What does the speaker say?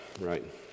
right